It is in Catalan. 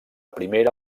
primera